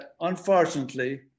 unfortunately